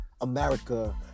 America